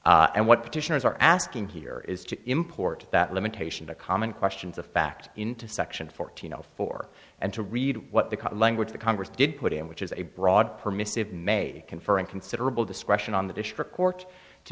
not and what petitioners are asking here is to import that limitation a common questions of fact into section fourteen zero four and to read what the language the congress did put in which is a broad permissive may confer and considerable discretion on the district court to